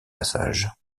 passage